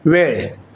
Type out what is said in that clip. वेळ